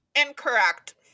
Incorrect